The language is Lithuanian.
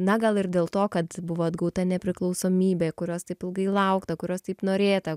na gal ir dėl to kad buvo atgauta nepriklausomybė kurios taip ilgai laukta kurios taip norėta